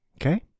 Okay